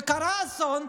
וקרה אסון,